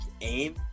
aim